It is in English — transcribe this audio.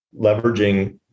leveraging